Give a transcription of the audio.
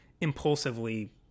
impulsively